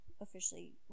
officially